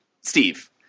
Steve